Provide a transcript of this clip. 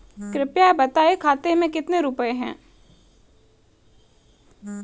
कृपया बताएं खाते में कितने रुपए हैं?